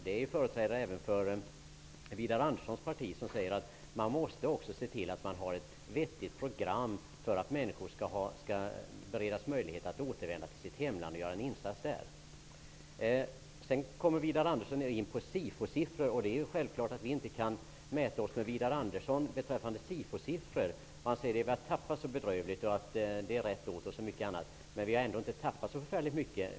Det är företrädare även för Widar Anderssons parti som säger att man också måste se till att man har ett vettigt program för att människor skall beredas möjlighet att återvända till sitt hemland och göra en insats där. Widar Andersson kommer in på SIFO-siffror. Det är självklart att vi inte kan mäta oss med Widar Anderssons parti beträffande SIFO-siffror. Han säger att vi börjar tappa så bedrövligt och att det är rätt åt oss och mycket annat. Men vi har ändå inte tappat så förfärligt mycket.